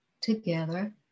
together